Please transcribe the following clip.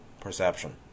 perception